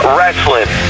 Wrestling